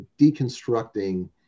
deconstructing